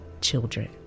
children